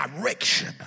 direction